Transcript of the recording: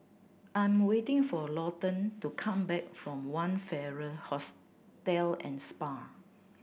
I'm waiting for Lawton to come back from One Farrer Hostel and Spa